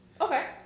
Okay